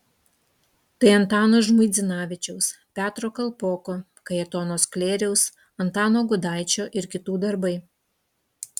tai antano žmuidzinavičiaus petro kalpoko kajetono sklėriaus antano gudaičio ir kitų darbai